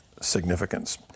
significance